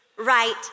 right